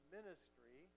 ministry